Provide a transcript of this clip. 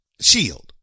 Shield